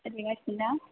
सोलिगासिनो ना